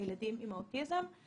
הילדים עם האוטיזם,